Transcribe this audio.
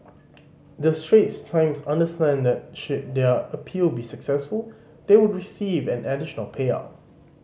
the Straits Times understand that should their appeal be successful they would receive an additional payout